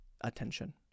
attention